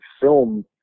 film